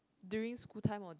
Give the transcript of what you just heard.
during school time or